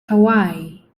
hawaii